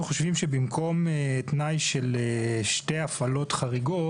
מהר מאוד ממלא את התנאי הזה.